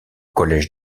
collège